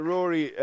Rory